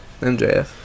MJF